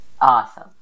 Awesome